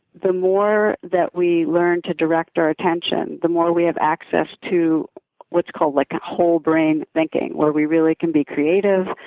the more than we learn to direct our attention the more we have access to what's called like whole brain thinking where we really can be creative,